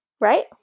Right